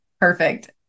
perfect